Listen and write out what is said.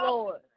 Lord